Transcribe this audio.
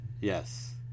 Yes